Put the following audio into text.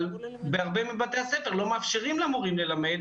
אבל בהרבה בתי הספר לא מאפשרים למורים ללמד